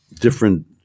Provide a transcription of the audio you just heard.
different